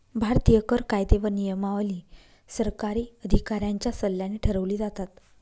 भारतीय कर कायदे व नियमावली सरकारी अधिकाऱ्यांच्या सल्ल्याने ठरवली जातात